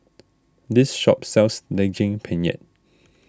this shop sells Daging Penyet